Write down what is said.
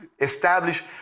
establish